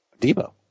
Debo